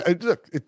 Look